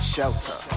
Shelter